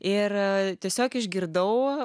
ir tiesiog išgirdau